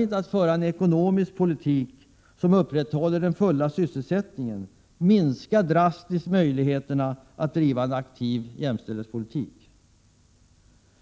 inte att föra en ekonomisk politik som upprätthåller den fulla sysselsättningen minskar drastiskt möjligheterna att driva en aktiv jämställdhetspolitik.